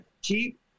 keep